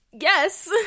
Yes